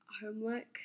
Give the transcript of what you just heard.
homework